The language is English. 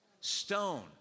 Stone